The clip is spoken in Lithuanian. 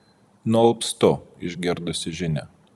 nualpstu išgirdusi žinią